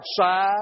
outside